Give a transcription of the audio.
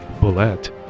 bullet